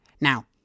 Now